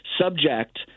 subject